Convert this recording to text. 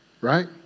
Right